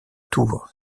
tour